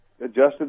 adjusted